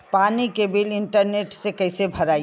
पानी के bill internet से कइसे भराई?